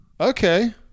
Okay